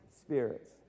spirits